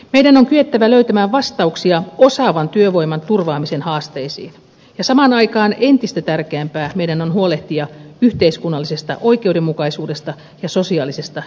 meidän on kyettävä löytämään vastauksia osaavan työvoiman turvaamisen haasteisiin ja samaan aikaan entistä tärkeämpää meidän on huolehtia yhteiskunnallisesta oikeudenmukaisuudesta ja sosiaalisesta eheydestä